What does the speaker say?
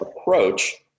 approach